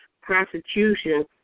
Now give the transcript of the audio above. prosecution